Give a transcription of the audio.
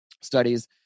studies